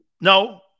No